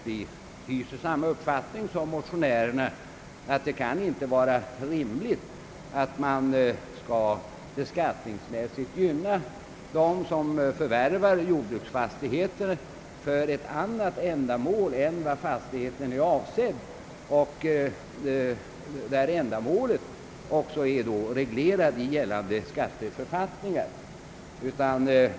Vi hyser samma uppfattning som motionärerna, nämligen att det inte kan vara rimligt att beskattningsmässigt gynna den som förvärvar jordbruksfastighet för ett annat ändamål än det för vilket fastigheten är avsedd; förutsättningen är då att ändamålet är reglerat i gällande skatteförfattningar.